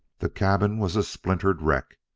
the cabin was a splintered wreck,